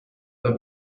the